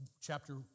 chapter